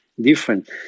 different